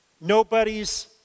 Nobody's